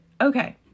Okay